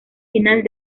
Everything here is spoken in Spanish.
final